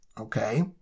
okay